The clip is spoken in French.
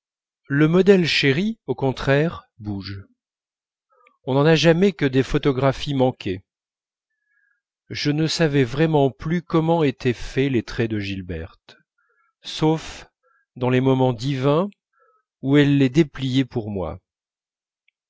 le modèle chéri au contraire bouge on n'en a jamais que des photographies manquées je ne savais vraiment plus comment étaient faits les traits de gilberte sauf dans les moments divins où elle les dépliait pour moi